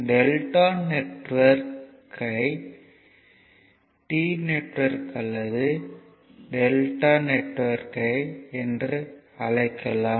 delta network ஐ T network அல்லது Δ network என்று அழைக்கலாம்